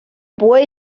boy